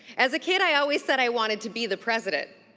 as a kid, i always said i wanted to be the president.